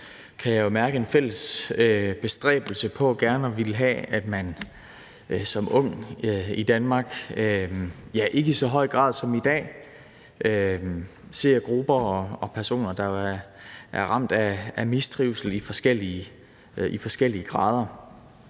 jeg jo mærke, fælles bestræbelse på gerne at ville have, at man blandt de unge i Danmark ikke i så høj grad som i dag ser grupper og personer, der er ramt af mistrivsel i forskellige grader.